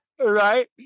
Right